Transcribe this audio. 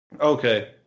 okay